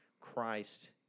Christ